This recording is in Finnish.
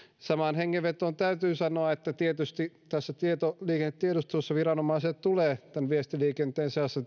samaan hengenvetoon täytyy sanoa että tietysti tässä tietoliikennetiedustelussa viranomaiselle tulee tämän viestiliikenteen seassa